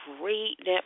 great